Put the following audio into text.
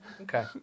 Okay